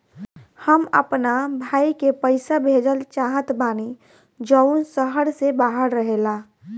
हम अपना भाई के पइसा भेजल चाहत बानी जउन शहर से बाहर रहेला